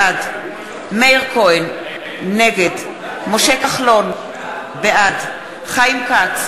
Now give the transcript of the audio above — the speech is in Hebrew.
בעד מאיר כהן, נגד משה כחלון, בעד חיים כץ,